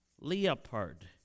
leopard